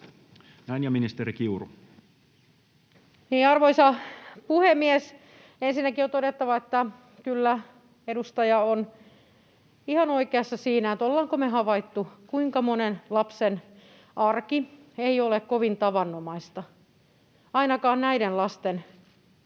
Ministeri Kiuru. Arvoisa puhemies! Ensinnäkin on todettava, että kyllä, edustaja on ihan oikeassa siinä, että olemmeko havainneet, kuinka monen lapsen arki ei ole kovin tavanomaista. Ainakaan näiden lasten